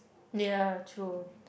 near true